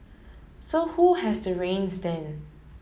so who has the reins then